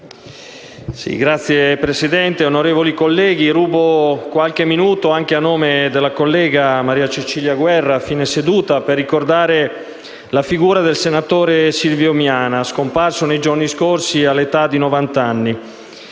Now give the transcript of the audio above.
Signor Presidente, onorevoli colleghi, rubo qualche minuto, anche a nome della collega Maria Cecilia Guerra, per ricordare la figura del senatore Silvio Miana, scomparso nei giorni scorsi all'età di novant'anni.